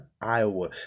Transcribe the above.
Iowa